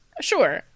sure